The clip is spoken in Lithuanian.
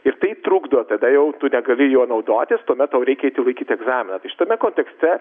ir tai trukdo tada jau tu negali juo naudotis tuomet tau reikėtų laikyti egzaminą tai šitame kontekste